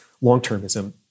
long-termism